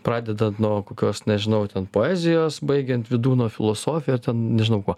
pradedant nuo kokios nežinau ten poezijos baigiant vydūno filosofija tad nežinau kuo